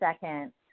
second